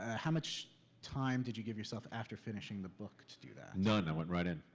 ah how much time did you give yourself after finishing the book to do that? none. i went right in.